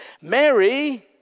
Mary